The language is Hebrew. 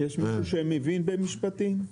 יש מישהו שמבין במשפטים?